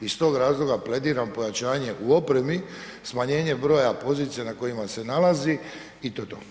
Iz tog razloga plediram pojačanje u opremi, smanjenje broja pozicija na kojima se nalazi i to je to.